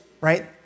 right